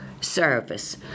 service